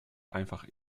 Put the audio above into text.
einfach